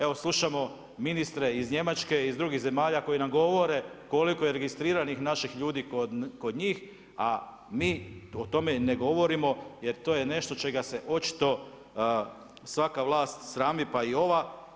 Evo slušamo ministre iz Njemačke, iz drugih zemalja koji nam govore koliko je registriranih naših ljudi kod njih a mi o tome ne govorimo jer to je nešto čega se očito svaka vlast srami pa i ova.